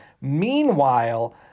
Meanwhile